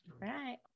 right